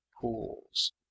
pools